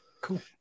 Cool